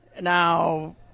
Now